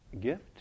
gift